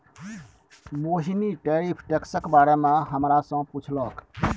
मोहिनी tariff टैक्सक बारे मे हमरा सँ पुछलक